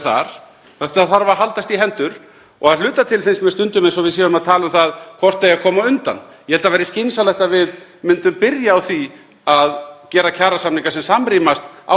gera kjarasamninga sem samrýmast ástandinu í hagkerfinu en ekki þvinga það fram í gegnum það að skipta út gjaldmiðlinum, svo dæmi sé tekið, og sannarlega verður það ekki þvingað fram með því að koma bara með lægri vexti.